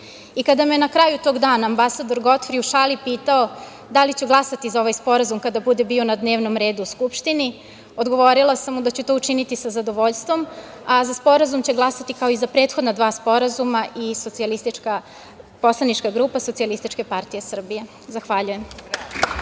me je na kraju tog dana ambasador Godfri u šali pitao da li ću glasati za ovaj sporazum kada bude bio na dnevnom redu Skupštine, odgovorila sam mu da ću to učiniti sa zadovoljstvom. Za sporazum će glasati, kao i za prethodna dva sporazuma, i Poslanička grupa Socijalističke partije Srbije. Zahvaljujem.